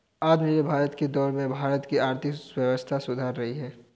आत्मनिर्भर भारत की दौड़ में भारत की आर्थिक व्यवस्था सुधर रही है